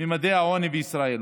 ממדי העוני בישראל.